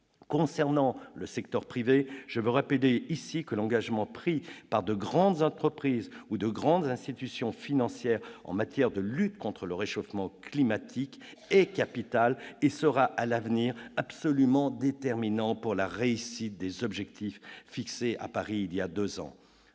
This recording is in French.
Concernant le secteur privé, je veux rappeler ici que l'engagement pris par de grandes entreprises ou institutions financières en matière de lutte contre le réchauffement climatique est capital. Il sera, à l'avenir, absolument déterminant pour atteindre les objectifs fixés à Paris il y a deux ans.